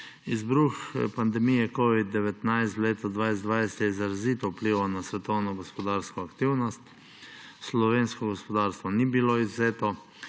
Izbruh pandemije covida-19 v letu 2020 je izrazito vplival na svetovno gospodarsko aktivnost, slovensko gospodarstvo ni bilo izvzeto.